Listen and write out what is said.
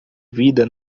vida